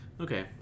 Okay